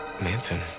Manson